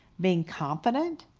being confident,